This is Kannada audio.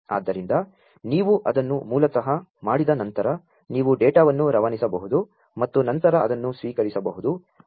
ಆದ್ದರಿಂ ದ ನೀ ವು ಅದನ್ನು ಮೂ ಲತಃ ಮಾ ಡಿದ ನಂ ತರ ನೀ ವು ಡೇ ಟಾ ವನ್ನು ರವಾ ನಿಸಬಹು ದು ಮತ್ತು ನಂ ತರ ಅದನ್ನು ಸ್ವೀ ಕರಿಸಬಹು ದು